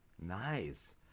Nice